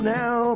now